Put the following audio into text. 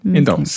então